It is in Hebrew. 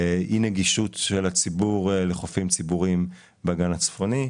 אי נגישות של הציבור לחופים ציבוריים בגן הצפוני,